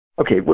okay